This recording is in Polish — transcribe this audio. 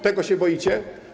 Tego się boicie?